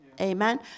Amen